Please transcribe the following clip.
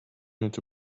into